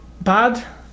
bad